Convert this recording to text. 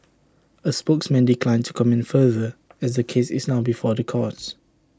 A spokesman declined to comment further as the case is now before the courts